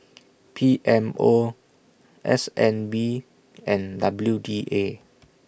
P M O S N B and W D A